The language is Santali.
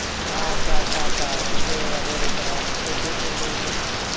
ᱟᱪᱪᱷᱟ ᱟᱪᱪᱷᱟ ᱟᱪᱪᱷᱟ ᱜᱚᱝᱠᱮ ᱟᱹᱰᱤ ᱟᱹᱰᱤ ᱥᱟᱨᱦᱟᱣ ᱢᱟᱥᱮ ᱪᱮᱫ ᱵᱮᱱ ᱞᱟᱹᱭᱮᱫᱼᱟ